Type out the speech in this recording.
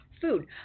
Food